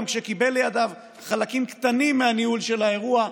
גם כשקיבל לידיו חלקים קטנים מהניהול של האירוע,